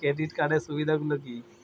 Credit কার্ডের সুবিধা গুলো কি?